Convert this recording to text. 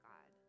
God